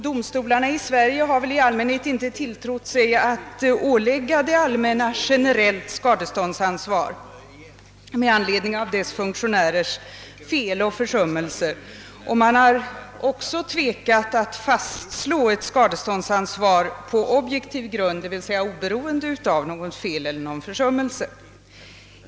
Domstolarna här i landet har i allmänhet inte tilltrott sig att ålägga det allmänna generellt skadeståndsansvar i anledning av dess funktionärers fel och försummelser. Man har också tvekat att fastslå ett skadeståndsansvar på objektiv grund, d. v. s. oberoende av begångna fel eller försummelser.